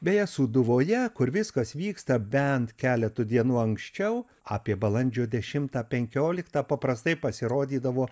beje sūduvoje kur viskas vyksta bent keletu dienų anksčiau apie balandžio dešimtą penkioliktą paprastai pasirodydavo